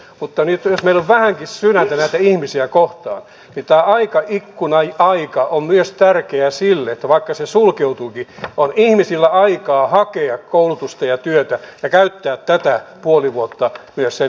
mutta nyt jos meillä on vähänkin sydäntä näitä ihmisiä kohtaan niin tämä aikaikkuna aika on myös tärkeä sille että vaikka se sulkeutuukin on ihmisillä aikaa hakea koulutusta ja työtä ja käyttää tämä puoli vuotta myös sen etsimiseen